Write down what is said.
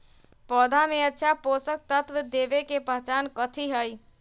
पौधा में अच्छा पोषक तत्व देवे के पहचान कथी हई?